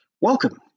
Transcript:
Welcome